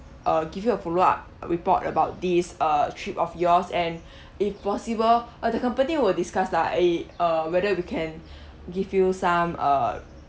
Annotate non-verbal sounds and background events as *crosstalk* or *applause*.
uh give you a follow up report about this uh trip of yours and *breath* if possible uh the company will discuss lah eh uh whether we can give you some uh